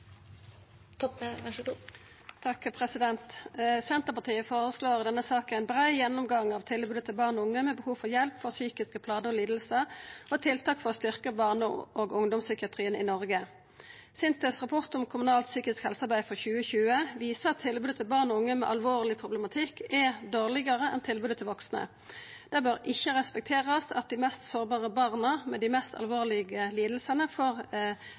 Senterpartiet føreslår i denne saka ein brei gjennomgang av tilbodet til barn og unge med behov for hjelp for psykiske plager og lidingar og tiltak for å styrkja barne- og ungdomspsykiatrien i Noreg. SINTEFs rapport om kommunalt psykisk helsearbeid frå 2020 viser at tilbodet til barn og unge med alvorleg problematikk er dårlegare enn tilbodet til vaksne. Det bør ikkje respekterast at dei mest sårbare barna med dei mest alvorlege